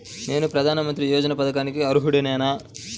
నేను ప్రధాని మంత్రి యోజన పథకానికి అర్హుడ నేన?